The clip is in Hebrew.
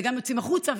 וגם יוצאים החוצה,